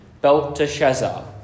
Belteshazzar